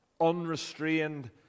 unrestrained